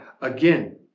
again